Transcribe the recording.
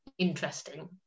interesting